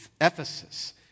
Ephesus